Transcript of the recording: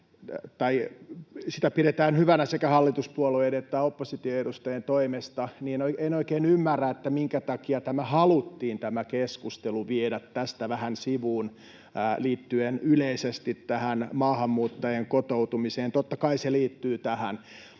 näköjään pidetään hyvänä sekä hallituspuolueiden että opposition edustajien toimesta, en oikein ymmärrä, minkä takia haluttiin tämä keskustelu viedä tästä vähän sivuun liittyen yleisesti tähän maahanmuuttajien kotoutumiseen. Totta kai se liittyy tähän,